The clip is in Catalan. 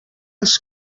els